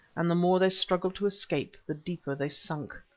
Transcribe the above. and the more they struggled to escape, the deeper they sunk.